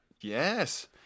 Yes